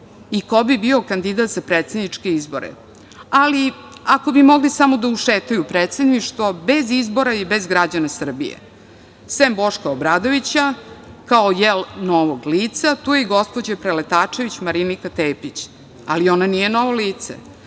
i ko bi bio kandidat za predsedničke izbore, ali ako bi mogli samo da ušetaju u Predsedništvo, bez izbora i bez građana Srbije. Sem Boška Obradovića, kao, jel, novog lica, tu je i gospođa preletačević Marinika Tepić. Ali, ona nije novo lice.